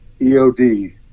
EOD